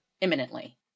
imminently